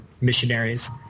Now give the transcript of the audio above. missionaries